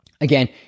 Again